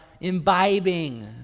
imbibing